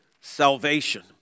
salvation